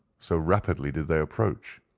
so rapidly did they approach.